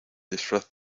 disfraz